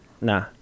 Nah